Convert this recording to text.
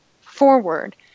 forward